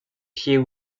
pieds